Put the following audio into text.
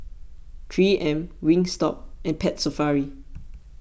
three M Wingstop and Pet Safari